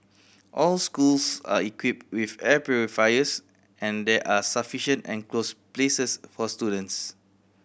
all schools are equipped with air purifiers and there are sufficient enclosed places for students